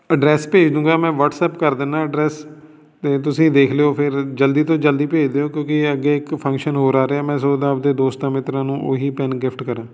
address ਭੇਜ ਦਉਂਗਾ ਮੈਂ ਵੱਟਸਅੱਪ ਕਰ ਦਿੰਦਾ ਐਡਰੈੱਸ ਅਤੇ ਤੁਸੀਂ ਦੇਖ ਲਿਓ ਫਿਰ ਜਲਦੀ ਤੋਂ ਜਲਦੀ ਭੇਜ ਦਿਓ ਕਿਉਂਕਿ ਅੱਗੇ ਇੱਕ ਫੰਕਸ਼ਨ ਹੋਰ ਆ ਰਿਹਾ ਮੈਂ ਸੋਚਦਾ ਆਪਣੇ ਦੋਸਤਾਂ ਮਿੱਤਰਾਂ ਨੂੰ ਉਹੀ ਪੈੱਨ ਗਿਫਟ ਕਰਾਂ